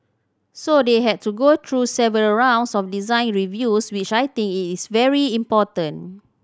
so they had to go through several rounds of design reviews which I think it is very important